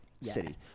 city